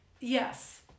yes